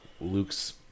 Luke's